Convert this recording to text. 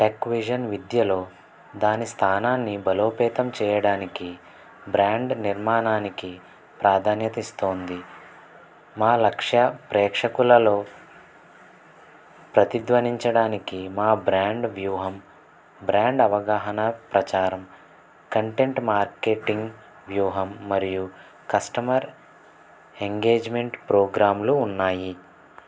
Techvision విద్యలో దాని స్థానాన్ని బలోపేతం చెయ్యడానికి బ్రాండ్ నిర్మాణానికి ప్రాధాన్యత ఇస్తోంది మా లక్ష్యం ప్రేక్షకులలో ప్రతిధ్వనించడానికి మా బ్రాండ్ వ్యూహం బ్రాండ్ అవగాహన ప్రచారం కంటెంట్ మార్కెటింగ్ వ్యూహం మరియు కస్టమర్ ఎంగేజ్మెంట్ ప్రోగ్రామ్లు ఉన్నాయి